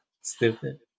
Stupid